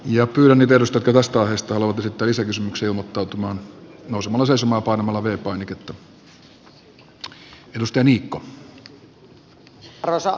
ja kyllä ne perustettu vastaajista luokitteli sen kysymyksen muotoutumaan jos asuisin vapaan arvoisa puhemies